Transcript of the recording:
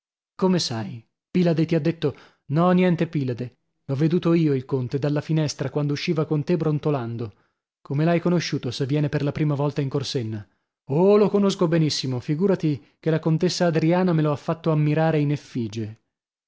come sai pilade ti ha detto no niente pilade l'ho veduto io il conte dalla finestra quando usciva con te brontolando come l'hai conosciuto se viene per la prima volta in corsenna oh lo conosco benissimo figurati che la contessa adriana me lo ha fatto ammirare in effigie